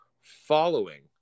following